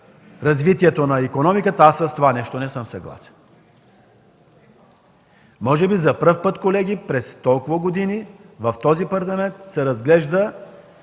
развитието на икономиката, с това нещо не съм съгласен. Може би за първи път, колеги, за толкова години в Парламента се разглежда